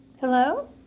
Hello